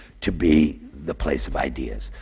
to be the place of ideas.